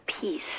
peace